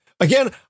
Again